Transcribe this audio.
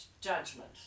judgment